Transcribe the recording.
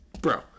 bro